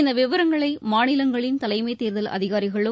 இந்த விவரங்களை மாநிலங்களின் தலைமைத் தேர்தல் அதிகாரிகளும்